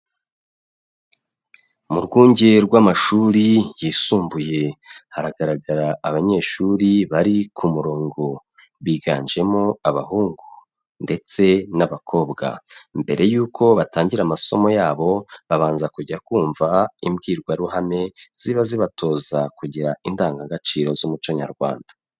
Mu rwunge rw'amashuri yisumbuye, haragaragara abanyeshuri bari ku murongo, biganjemo abahungu ndetse n'abakobwa, mbere y'uko batangira amasomo yabo, babanza kujya kumva imbwirwaruhame, ziba zibatoza kugira indangagaciro z'umuco Nyarwanda.